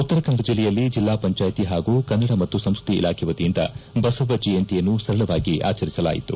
ಉತ್ತರ ಕನ್ನಡ ಜಿಲ್ಲೆಯಲ್ಲಿ ಜಿಲ್ಲಾ ಪಂಚಾಯ್ತಿ ಹಾಗೂ ಕನ್ನಡ ಮತ್ತು ಸಂಸ್ಕೃತಿ ಇಲಾಖೆ ವತಿಯಿಂದ ಬಸವಜಯಂತಿಯನ್ನು ಸರಳವಾಗಿ ಆಚರಿಸಲಾಯಿತು